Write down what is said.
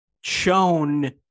shown